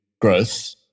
growth